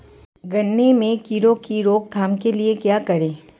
गन्ने में कीड़ों की रोक थाम के लिये क्या करें?